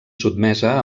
sotmesa